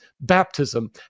Baptism